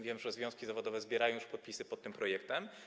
Wiem, że związki zawodowe zbierają już podpisy pod tym projektem.